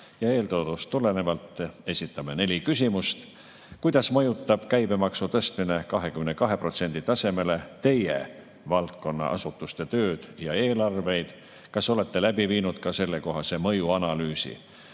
asutustele. Eeltoodust tulenevalt esitame neli küsimust. Kuidas mõjutab käibemaksu tõstmine 22% tasemele teie valdkonna asutuste tööd ja eelarveid? Kas olete läbi viinud ka sellekohase mõjuanalüüsi?